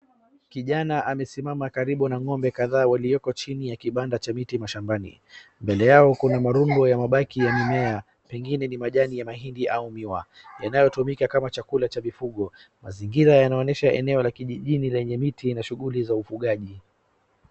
Kijana amesimama karibu na ng'ombe kadhaa walioko chini ya klibanda cha miti mashambani. Mbele yao kuna marundo ya mbaki ya mimea pengine nimajani ya mahindi au miwa yanaotumika kama chakula cha mifugo. Mazingira yanaonesha eneo la kijini lenye miti na shughuli za ufugaji.